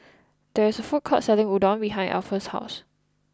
there is a food court selling Udon behind Alpha's house